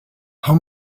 how